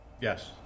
Yes